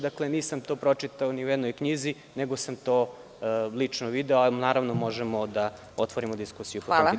Dakle, nisam to pročitao ni u jednoj knjizi, nego sam to lično video, a naravno možemo da otvorimo diskusiju po tom pitanju.